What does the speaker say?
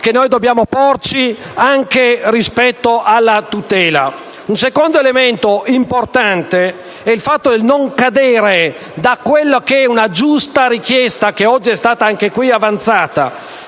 Un secondo elemento importante è il fatto di non cadere da quella che è la giusta richiesta, che oggi è stata anche qui avanzata,